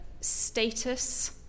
status